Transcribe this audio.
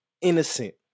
innocent